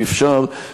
אם אפשר,